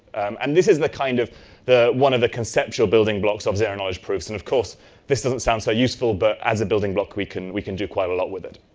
and this is the kind of the one of the conceptual building blocks of zero knowledge proof, and of course this doesn't sound so useful, but as a building block, we can we can do quite a lot with it.